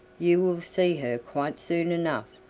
you will see her quite soon enough,